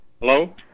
Hello